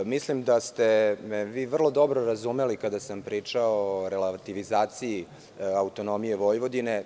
Mislim da ste me vi vrlo dobro razumeli kada sam pričao o relativizaciji autonomije Vojvodine.